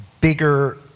bigger